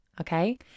okay